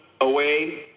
away